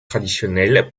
traditionnelle